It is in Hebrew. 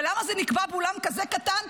ולמה זה נקבע באולם כזה קטן?